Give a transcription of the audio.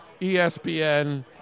ESPN